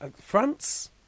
France